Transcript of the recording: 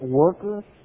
workers